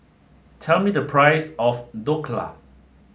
tell me the price of Dhokla